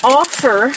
offer